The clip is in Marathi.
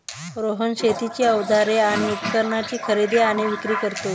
रोहन शेतीची अवजारे आणि उपकरणाची खरेदी आणि विक्री करतो